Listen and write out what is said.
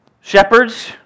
shepherds